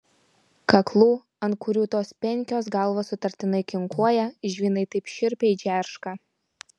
kaklų ant kurių tos penkios galvos sutartinai kinkuoja žvynai taip šiurpiai džerška